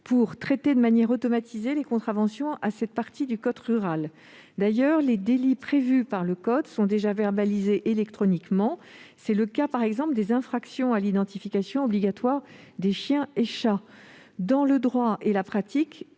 pour traiter de manière automatisée les contraventions à cette partie du code rural. D'ailleurs, les délits prévus par le code sont déjà verbalisés électroniquement. C'est le cas, par exemple, des infractions à l'identification obligatoire des chiens et chats. J'y insiste, dans le